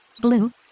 blue